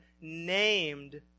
named